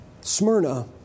Smyrna